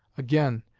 again,